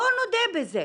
בואו נודה בזה.